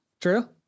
True